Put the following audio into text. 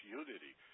unity